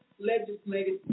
legislative